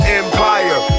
empire